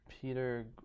peter